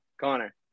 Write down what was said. connor